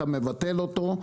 אתה מבטל אותו,